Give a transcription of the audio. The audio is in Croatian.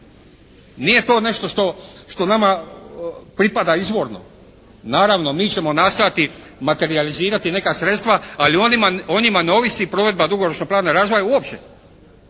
Nije to nešto što nama pripada izvorno. Naravno, mi ćemo nastojati materijalizirati neka sredstva ali o njima ne ovisi provedba dugoročno pravnog razvoja uopće.